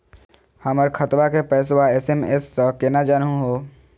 हमर खतवा के पैसवा एस.एम.एस स केना जानहु हो?